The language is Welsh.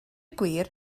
gwir